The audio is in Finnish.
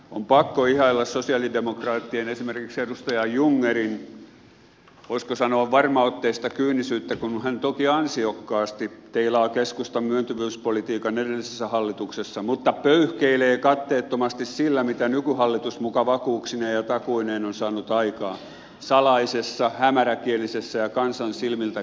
on pakko ihailla sosialidemokraattien esimerkiksi edustaja jungnerin voisiko sanoa varmaotteista kyynisyyttä kun hän toki ansiokkaasti teilaa keskustan myöntyvyyspolitiikan edellisessä hallituksessa mutta pöyhkeilee katteettomasti sillä mitä nykyhallitus muka vakuuksineen ja takuineen on saanut aikaan salaisessa hämäräkielisessä ja kansan silmiltä kätketyssä sopimuksessa